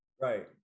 right